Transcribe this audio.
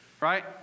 right